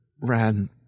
ran